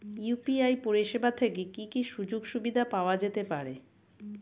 UPI পরিষেবা থেকে কি কি সুযোগ সুবিধা পাওয়া যেতে পারে?